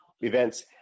events